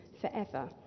forever